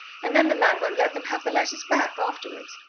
and then the man won't let them have the letters back afterwards.